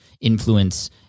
influence